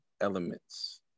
elements